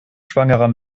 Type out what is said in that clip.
schwangerer